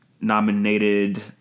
nominated